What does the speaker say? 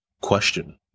question